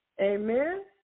Amen